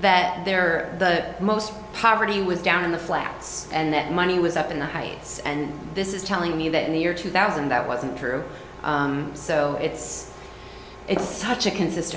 that there are the most poverty was down in the flats and that money was up in the heights and this is telling me that in the year two thousand that wasn't true so it's it's such a consistent